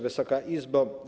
Wysoka Izbo!